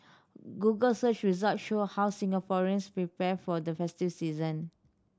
google search result show how Singaporeans prepare for the festive season